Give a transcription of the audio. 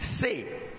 say